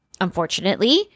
unfortunately